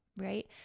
right